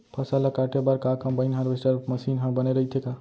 फसल ल काटे बर का कंबाइन हारवेस्टर मशीन ह बने रइथे का?